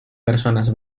personas